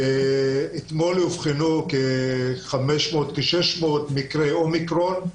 אתמול אובחנו כ-600 מקרי אומיקרון.